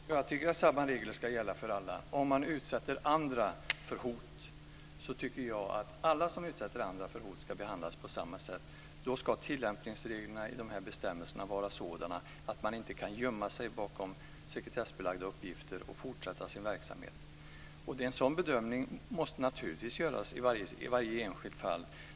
Fru talman! Jag tycker att samma regler ska gälla för alla. Om man utsätter andra för hot så tycker jag att alla som utsätter andra för hot ska behandlas på samma sätt. Då ska tillämpningsreglerna i bestämmelserna vara sådana att man inte kan gömma sig bakom sekretessbelagda uppgifter och fortsätta sin verksamhet. En sådan bedömning måste naturligtvis göras i varje enskilt fall.